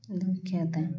ଦକ୍ଷତା